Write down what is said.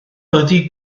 byddi